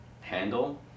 handle